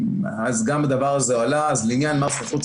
גם הדבר הזה הועלה אז לעניין מס רכוש,